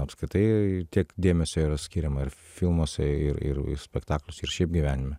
apskritai tiek dėmesio skiriama ir filmuose ir ir spektakliuose ir šiaip gyvenime